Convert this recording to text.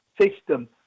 system